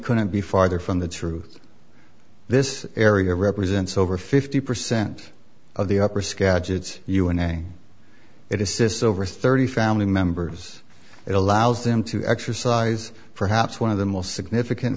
couldn't be farther from the truth this area represents over fifty percent of the upper skagit una it assists over thirty family members it allows them to exercise perhaps one of the most significant